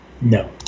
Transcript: No